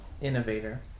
innovator